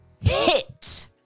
hit